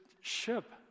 ship